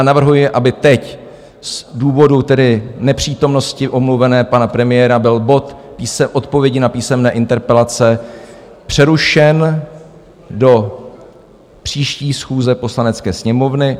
Navrhuji, aby teď z důvodu nepřítomnosti omluveného pana premiéra byl bod Odpovědi na písemné interpelace přerušen do příští schůze Poslanecké sněmovny.